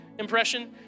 impression